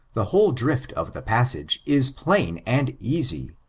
the whole drift of the passage is plain and easy.